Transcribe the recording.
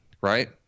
right